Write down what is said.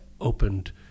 opened